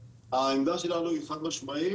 העמדה שלנו היא חד משמעית.